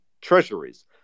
treasuries